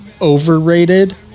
overrated